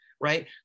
right